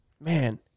Man